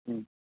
ಹ್ಞೂ